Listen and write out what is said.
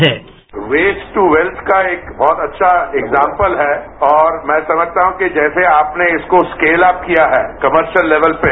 sound bite waste to wealth का एक बहुत अच्छा एक्जामपल है और मैं समझता हूं कि जैसे आपने इसको स्केल अप किया है कमर्शियल लेवल पर